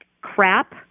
crap